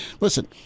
Listen